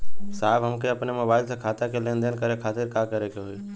साहब हमके अपने मोबाइल से खाता के लेनदेन करे खातिर का करे के होई?